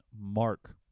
Mark